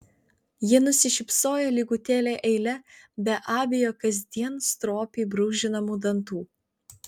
ji nusišypsojo lygutėle eile be abejo kasdien stropiai brūžinamų dantų